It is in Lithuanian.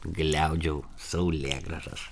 gliaudžiau saulėgrąžas